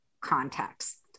context